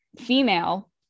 female